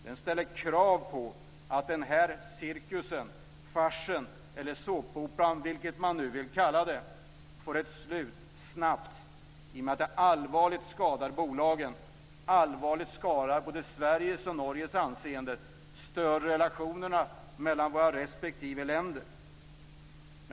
Den ställer krav på att den här cirkusen - farsen eller såpoperan, vad man nu vill kalla det här för - snabbt får ett slut i och med att det allvarligt skadar bolagen, allvarligt skadar både Sveriges och Norges anseende och stör relationerna mellan våra respektive länder.